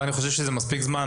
ואני חושב שזה מספיק זמן.